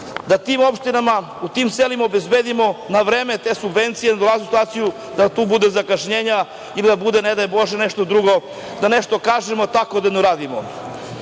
da tim opštinama, u tim selima obezbedimo na vreme te subvencije, da ne dolazi u situaciju, da tu bude zakašnjenja ili da bude ne daj bože nešto drugo, da nešto kažemo, a tako da ne uradimo. Još